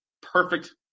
perfect